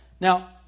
Now